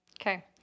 Okay